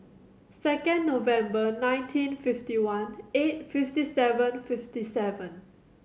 second November nineteen fifty one eight fifty seven fifty seven